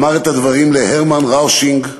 אמר את הדברים להרמן ראושנינג,